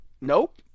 Nope